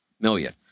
Million